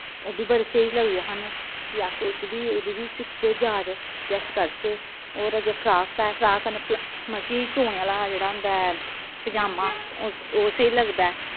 ओह् बी बड़े स्हेई लगदे सानूं कि अस उस्सी बी उ'दी बी सिक्खचै जाच ते अस करचै होर अग्गे फ्राक ऐ फ्राक कन्नै पला मतलब कि चौने आह्ला जेह्ड़ा होंदा ऐ पजामा ओह् ओह् स्हेई लगदा ऐ